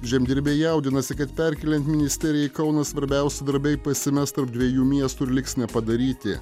žemdirbiai jaudinasi kad perkeliant ministeriją į kauną svarbiausi darbai pasimes tarp dviejų miest ir liks nepadaryti